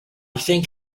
think